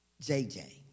JJ